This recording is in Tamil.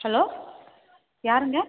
ஹலோ யாருங்க